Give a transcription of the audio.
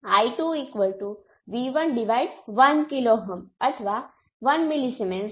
એ જ રીતે y12 એ z12 બાય Δ ∆ z દ્વારા બહાર આવે છે y21 એ z21 બાય ∆ z છે અને y22 એ z11 બાય ∆z છે